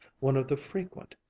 one of the frequent,